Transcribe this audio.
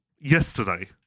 yesterday